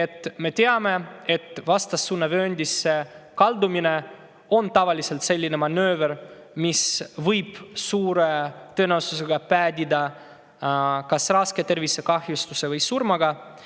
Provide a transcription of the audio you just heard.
me teame, et vastassuunavööndisse kaldumine on tavaliselt selline manööver, mis võib suure tõenäosusega päädida kas raske tervisekahjustuse või surmaga,